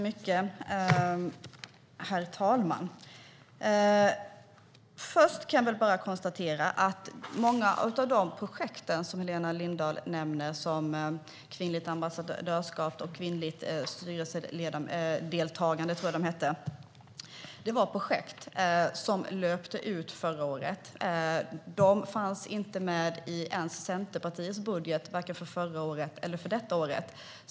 Herr talman! Först kan jag konstatera att många av de projekt som Helena Lindahl nämner - det handlar om kvinnligt ambassadörskap och kvinnligt styrelsedeltagande - var projekt som löpte ut förra året. De fanns inte med ens i Centerpartiets budget, varken för förra året eller för detta år.